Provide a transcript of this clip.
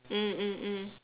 mm mm mm